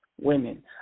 Women